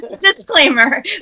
Disclaimer